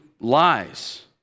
lies